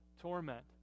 torment